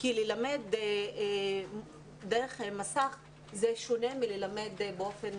כי ללמד דרך מסך זה שונה מאשר ללמד באופן